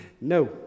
No